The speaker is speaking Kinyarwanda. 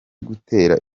gutera